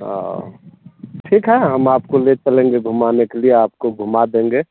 ताै ठीक है हम आपको ले चलेंगे घुमाने के लिए आपको घुमा देंगे